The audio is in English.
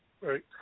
Right